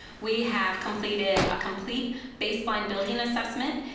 we have completed a complete baseline building assessment,